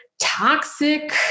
toxic